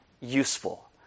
useful